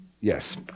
Yes